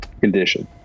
condition